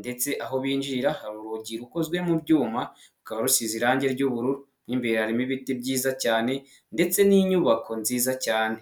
ndetse aho binjirira ha urugi rukozwe mu byuma rukaba rusize irangi ry'ubururu. Mo imbere harimo ibiti byiza cyane ndetse n'inyubako nziza cyane.